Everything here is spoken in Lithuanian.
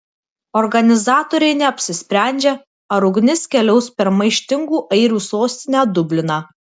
organizatoriai neapsisprendžia ar ugnis keliaus per maištingų airių sostinę dubliną